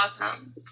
awesome